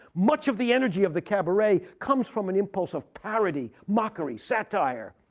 much of the energy of the cabaret comes from an impulse of parity, mockery, satire.